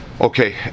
Okay